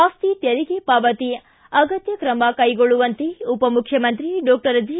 ಆಸ್ತಿ ತೆರಿಗೆ ಪಾವತಿ ಅಗತ್ಯ ತ್ರಮ ಕೈಗೊಳ್ಳುವಂತೆ ಉಪಮುಖ್ಯಮಂತ್ರಿ ಡಾಕ್ಟರ್ ಜಿ